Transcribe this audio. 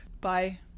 Bye